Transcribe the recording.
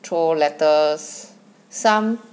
throw letters some